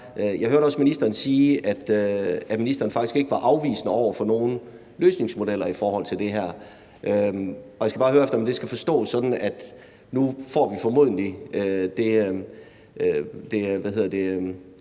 jeg hørte også ministeren sige, at ministeren faktisk ikke var afvisende over for nogen løsningsmodeller i forhold til det her, og jeg skal bare høre, om det skal forstås sådan, at hvis vi nu får den